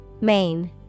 Main